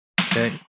Okay